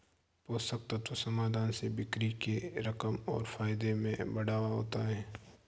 पोषक तत्व समाधान से बिक्री के रकम और फायदों में बढ़ावा होता है